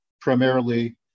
primarily